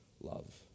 love